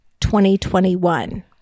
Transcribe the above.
2021